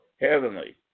heavenly